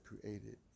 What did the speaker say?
created